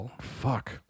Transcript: fuck